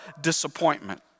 disappointment